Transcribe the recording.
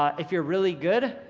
um if you're really good,